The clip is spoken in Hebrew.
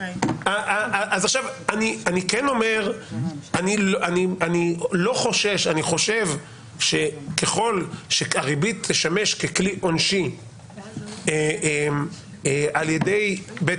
אני כן אומר שאני חושב שככל שהריבית תשמש ככלי עונשי על ידי בית